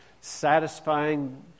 satisfying